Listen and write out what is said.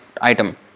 item